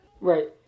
Right